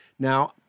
Now